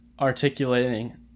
articulating